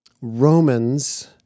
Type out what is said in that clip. Romans